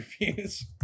reviews